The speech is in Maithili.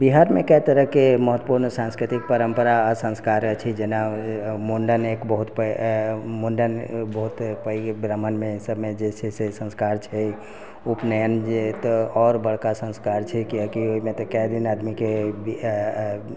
बिहारमे कएक तरहके महत्वपूर्ण सांस्कृतिक परम्परा आओर संस्कार छै जेना मुण्डन एक बहुत पैघ मुण्डन बहुत पैघ ब्राह्मणमे सभमे होइ छै संस्कार छै उपनयन जे तऽ आओर बड़का संस्कार छै किएक कि ओइमे तऽ कए दिन आदमीके